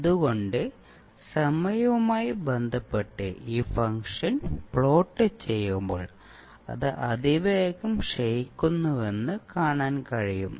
അതുകൊണ്ടു സമയവുമായി ബന്ധപ്പെട്ട് ഈ ഫംഗ്ഷൻ പ്ലോട്ട് ചെയ്യുമ്പോൾ അത് അതിവേഗം ക്ഷയിക്കുന്നുവെന്ന് കാണാൻ കഴിയും